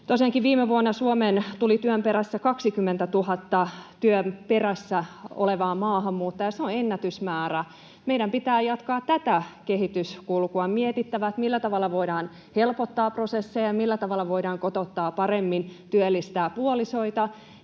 viime vuonna Suomeen tuli 20 000 työn perässä olevaa maahanmuuttajaa. Se on ennätysmäärä. Meidän pitää jatkaa tätä kehityskulkua. On mietittävä, millä tavalla voidaan helpottaa prosesseja ja millä tavalla voidaan kotouttaa paremmin, työllistää puolisoita.